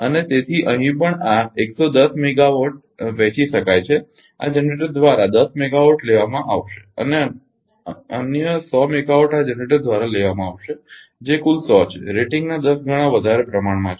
તેથી અહીં પણ આ 110 મેગાવોટ વહેંચી શકાય છે કે આ જનરેટર દ્વારા 10 મેગાવાટ લેવામાં આવશે અને અન્ય 100 મેગાવાટ આ જનરેટર દ્વારા લેવામાં આવશે જે કુલ 100 છે રેટિંગના 10 ગણા વધારે પ્રમાણમાં છે